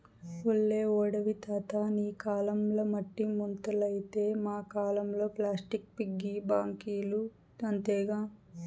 బల్లే ఓడివి తాతా నీ కాలంల మట్టి ముంతలైతే మా కాలంల ప్లాస్టిక్ పిగ్గీ బాంకీలు అంతేగా